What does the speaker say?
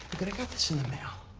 got got this in the mail.